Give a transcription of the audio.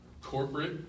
Corporate